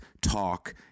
talk